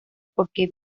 porque